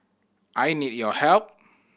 I need your help